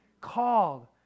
Called